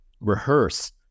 rehearse